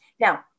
Now